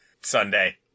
Sunday